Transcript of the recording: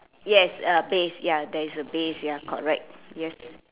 yes uh base ya there is a base ya correct yes